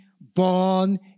born